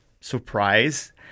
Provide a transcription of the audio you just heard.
surprise